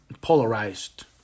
polarized